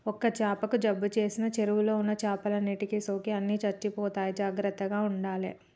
ఒక్క చాపకు జబ్బు చేసిన చెరువుల ఉన్న చేపలన్నిటికి సోకి అన్ని చచ్చిపోతాయి జాగ్రత్తగ ఉండాలే